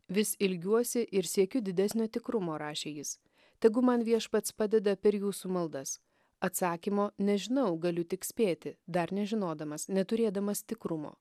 vis ilgiuosi ir siekiu didesnio tikrumo rašė jis tegu man viešpats padeda per jūsų maldas atsakymo nežinau galiu tik spėti dar nežinodamas neturėdamas tikrumo